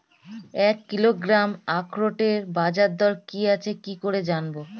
এক কিলোগ্রাম আখরোটের বাজারদর কি আছে কি করে জানবো?